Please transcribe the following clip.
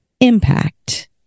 impact